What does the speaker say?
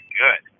good